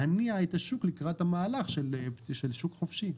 להניע את השוק לקראת המהלך של שוק חופשי,